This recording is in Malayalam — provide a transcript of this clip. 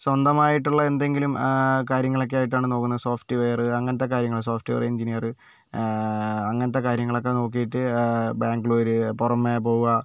സ്വന്തമായിട്ടുള്ള എന്തെങ്കിലും കാര്യങ്ങളൊക്കെയായിട്ടാണ് നോക്കുന്നത് സോഫ്റ്റ് വെയര് അങ്ങനത്തെ കാര്യങ്ങള് സോഫ്റ്റ് വെയര് എൻജിനിയറ് അങ്ങനത്തെ കാര്യങ്ങളൊക്കെ നോക്കീട്ട് ബാഗ്ലൂര് പുറമെ പോവാ